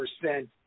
percent